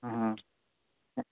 ఆ